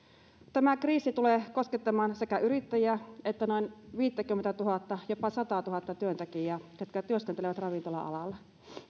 tämä kriisi tulee koskettamaan sekä yrittäjiä että noin viittäkymmentätuhatta jopa sataatuhatta työntekijää jotka työskentelevät ravintola alalla